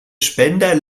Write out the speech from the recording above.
spender